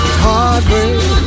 heartbreak